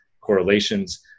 correlations